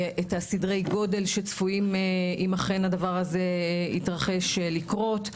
את סדרי הגודל שצפויים אם אכן הדבר זה יתרחש לקרות.